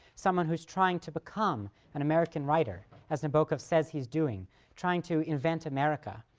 someone who's trying to become an american writer, as nabokov says he's doing trying to invent america,